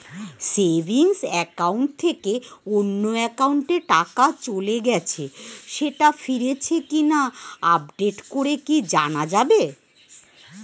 Savings account থেকে অন্য একাউন্টে টাকা চলে গেছে সেটা ফিরেছে কিনা আপডেট করে কি জানা যাবে?